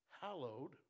hallowed